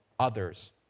others